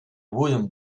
wooden